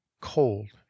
cold